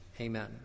Amen